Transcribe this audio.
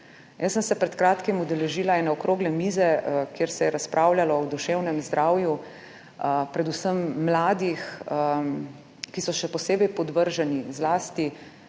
Jaz sem se pred kratkim udeležila ene okrogle mize, kjer se je razpravljalo o duševnem zdravju predvsem mladih, ki so še posebej podvrženi po